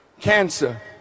cancer